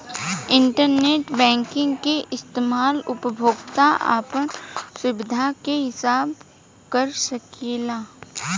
internet banking के इस्तमाल उपभोक्ता आपन सुबिधा के हिसाब कर सकेला